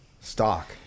stock